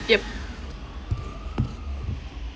yup